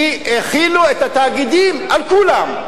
כי החילו את התאגידים על כולם.